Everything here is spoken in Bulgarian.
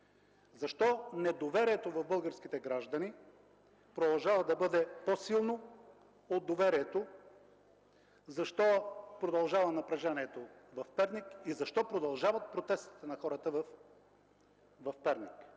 Защо недоверието в българските граждани продължава да бъде по-силно от доверието? Защо продължава напрежението в Перник? Защо продължават протестите на хората в Перник?